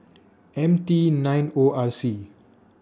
M T nine O R C